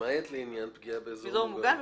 למעט לעניין פגיעה באזור מוגן.